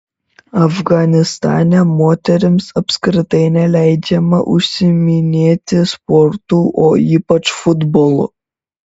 afganistane moterims apskritai neleidžiama užsiiminėti sportu o ypač futbolu